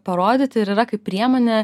parodyti ir yra kaip priemonė